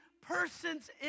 persons